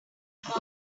about